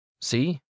See